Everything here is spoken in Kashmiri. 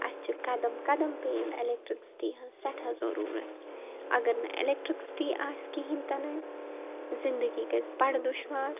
اَسہِ چھِ قَدم قَدم پے ییٚمہِ اٮ۪لکٹٕرٛکسِٹی ہٕنٛز سٮ۪ٹھاہ ضٔروٗرتھ اگر نہٕ اٮ۪لیکٹٕرٛکسِٹی آسہِ کِہیٖنۍ تہِ نہٕ زِندگی گَژھِ بَڑٕ دُشوار